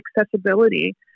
accessibility